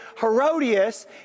Herodias